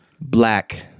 black